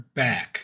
back